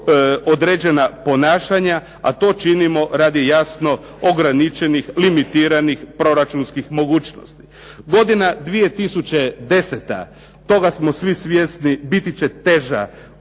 određena ponašanja, a to činimo radi jasno ograničenih, limitiranih proračunskih mogućnosti. Godina 2010., toga smo svi svjesni, biti će teža,